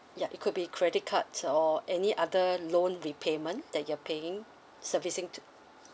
ya it could be credit cards or any other loan repayment that you're paying servicing